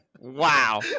Wow